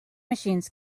machines